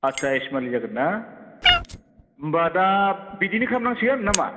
आथसा एसमालि जागोन ना होमबा दा बिदिनो खालामनांसिगोन ना मा